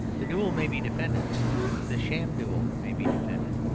the duel may be defended the sham duel may be defended.